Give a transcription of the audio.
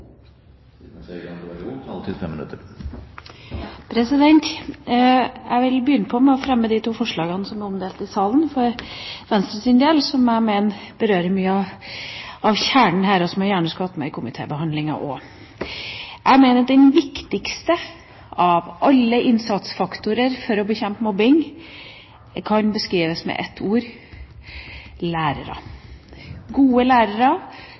omdelt i salen, som jeg mener berører mye av kjernen her, og som jeg gjerne skulle hatt med i komitébehandlingen også. Jeg mener at den viktigste av alle innsatsfaktorer for å bekjempe mobbing kan beskrives med ett ord: lærere. Gode lærere,